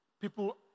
people